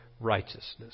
righteousness